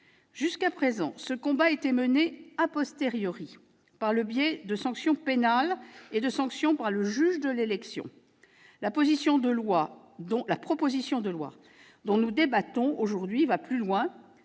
Jusqu'à présent, ce combat était mené par le biais de sanctions pénales et de sanctions prononcées par le juge de l'élection. La proposition de loi dont nous débattons aujourd'hui va plus loin,